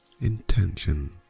intention